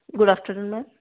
good afternoon ma'am